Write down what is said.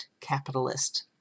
capitalist